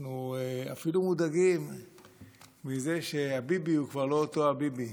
אנחנו אפילו מודאגים מזה שהביבי הוא כבר לא אותו הביבי.